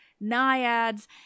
naiads